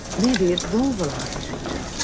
maybe it's vulval architecture.